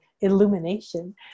illumination